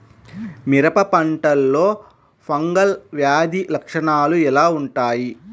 మిరప పంటలో ఫంగల్ వ్యాధి లక్షణాలు ఎలా వుంటాయి?